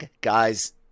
guys